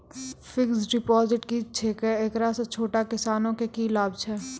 Fixed deposit की छिकै, एकरा से छोटो किसानों के की लाभ छै?